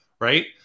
Right